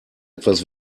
etwas